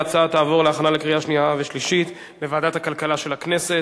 ההצעה תעבור להכנה לקריאה שנייה ושלישית בוועדת הכלכלה של הכנסת.